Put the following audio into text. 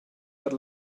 per